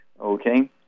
okay